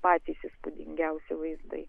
patys įspūdingiausi vaizdai